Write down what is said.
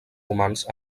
romans